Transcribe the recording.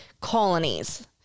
colonies